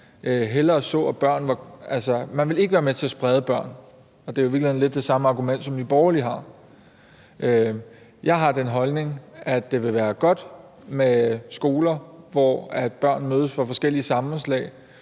man ikke ville være med til at sprede børn, og det er jo i virkeligheden lidt det samme argument, som Nye Borgerlige har. Jeg har den holdning, at det vil være godt med skoler, hvor børn fra forskellige samfundslag